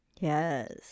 Yes